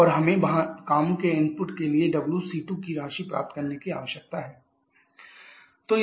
और हमें वहां काम के इनपुट के लिए WC2 की राशि प्राप्त करने की आवश्यकता है